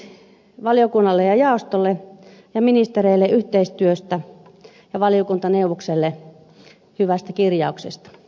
kiitokset valiokunnalle jaostolle ja ministereille yhteistyöstä ja valiokuntaneuvokselle hyvästä kirjauksesta